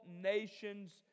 nations